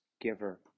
giver